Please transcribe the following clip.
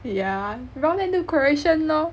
yeah wrong then do correction lor